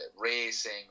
racing